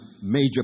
major